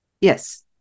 Yes